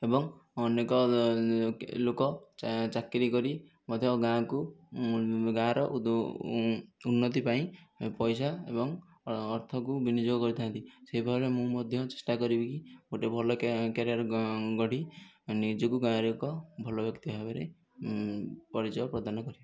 ଏବଂ ଅନେକ ଲୋକ ଚା ଚାକିରି କରି ମଧ୍ୟ ଗାଁକୁ ଗାଁର ଉନ୍ନତି ପାଇଁ ପଇସା ଏବଂ ଅର୍ଥକୁ ବିନିଯୋଗ କରିଥାନ୍ତି ସେହି ଭଳିଆ ମୁଁ ମଧ୍ୟ ଚେଷ୍ଟା କରିବି କି ଗୋଟିଏ ଭଲ କ୍ୟା କ୍ୟାରିୟର ଗ ଗଢ଼ି ନିଜକୁ ଗାଁରେ ଏକ ଭଲ ବ୍ୟକ୍ତି ଭାବରେ ପରିଚୟ ପ୍ରଦାନ କରିବି